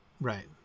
Right